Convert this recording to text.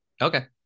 Okay